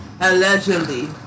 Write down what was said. allegedly